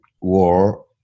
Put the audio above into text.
War